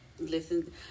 Listen